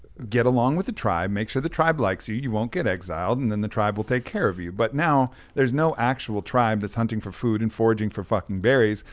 get along with the tribe. make sure the tribe likes you. you won't get exiled, and then the tribe will take care of you. but now there's no actual tribe that's hunting for food and foraging for fucking berries.